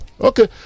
Okay